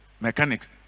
Mechanics